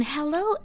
Hello